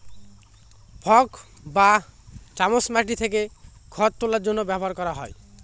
fork বা চামচ মাটি থেকে খড় তোলার জন্য ব্যবহার করা হয়